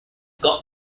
got